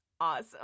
Awesome